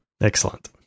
Excellent